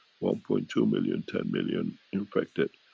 one point two million, ten million infected.